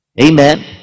Amen